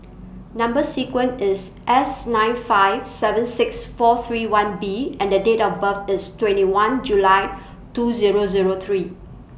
Number sequence IS S nine five seven six four three one B and Date of birth IS twenty one July two Zero Zero three